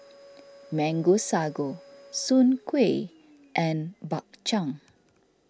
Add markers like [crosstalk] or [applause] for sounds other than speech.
[noise] Mango Sago Soon Kueh and Bak Chang